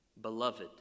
Beloved